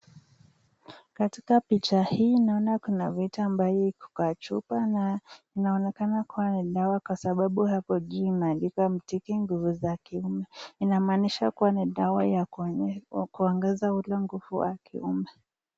Katika picha hii naona kuna vitu ambayo iko kwa chupa na inaonekana kuwa ni dawa kwa sababu hapo juu imeandikwa mtiki nguvu za kiume. Inamaanisha kuwa ni dawa ya kuongeza ule nguvu wa kiume.